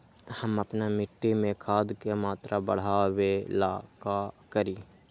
हम अपना मिट्टी में खाद के मात्रा बढ़ा वे ला का करी?